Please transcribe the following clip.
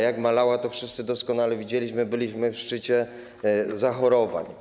Jak malała, to wszyscy doskonale widzieliśmy: byliśmy w szczycie zachorowań.